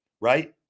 Right